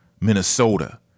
Minnesota